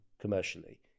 commercially